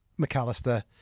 McAllister